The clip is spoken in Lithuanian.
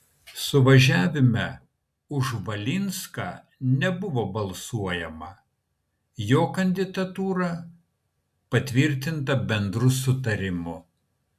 suvažiavime už valinską nebuvo balsuojama jo kandidatūra patvirtinta bendru sutarimu